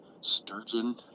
sturgeon